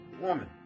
woman